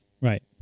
Right